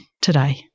today